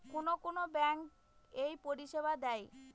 কোন কোন ব্যাঙ্ক এই পরিষেবা দেয়?